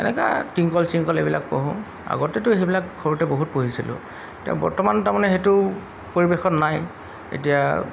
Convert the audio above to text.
এনেকা twinkle twinkle এইবিলাক পঢ়োঁ আগতেতো সেইবিলাক সৰুতে বহুত পঢ়িছিলোঁ এতিয়া বৰ্তমান তাৰমানে সেইটো পৰিৱেশত নাই এতিয়া